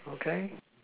okay